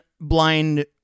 blind